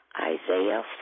Isaiah